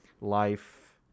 life